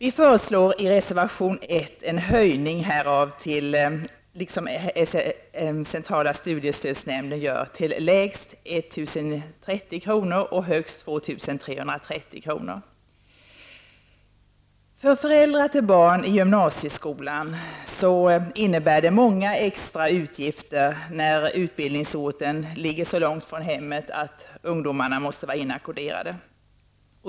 I reservation 1 föreslår vi en höjning härav till lägst 1 030 kr. och högst 2 330 kr. För föräldrar till barn i gymnasieskolan innebär det många extra utgifter, när utbildningsorten ligger så långt från hemmet att barnen måste vara inackorderade.